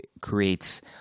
creates